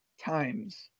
times